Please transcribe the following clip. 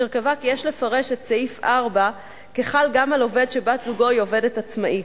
אשר קבע שיש לפרש את סעיף 4 כחל גם על עובד שבת-זוגו היא עובדת עצמאית,